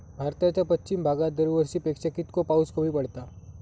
भारताच्या पश्चिम भागात दरवर्षी पेक्षा कीतको पाऊस कमी पडता?